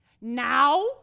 Now